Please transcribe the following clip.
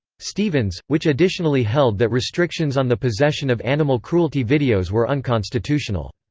stevens, which additionally held that restrictions on the possession of animal cruelty videos were unconstitutional.